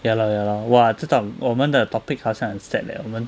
ya lor ya lor !wah! 这种我们的 topic 好像很 sad leh 我们